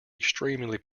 extremely